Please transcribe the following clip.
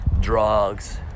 drugs